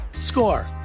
Score